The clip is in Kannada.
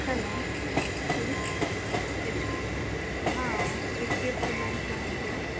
ಹಲೋ ಹೇಳಿ ಎಚ್ ಡಿ ಹಾಂ H D F C bank manager